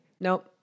Nope